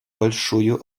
большую